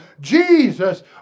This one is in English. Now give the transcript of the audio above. Jesus